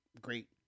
great